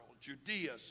Judea